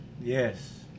Yes